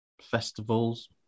festivals